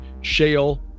shale